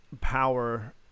power